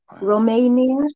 Romania